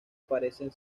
parecen